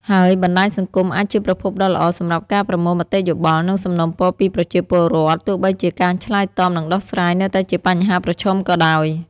ហើយបណ្ដាញសង្គមអាចជាប្រភពដ៏ល្អសម្រាប់ការប្រមូលមតិយោបល់ និងសំណូមពរពីប្រជាពលរដ្ឋ ទោះបីជាការឆ្លើយតប និងដោះស្រាយនៅតែជាបញ្ហាប្រឈមក៏ដោយ។